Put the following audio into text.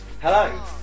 Hello